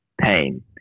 pain